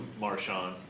Marshawn